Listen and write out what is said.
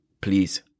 please